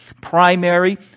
primary